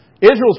Israel's